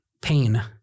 pain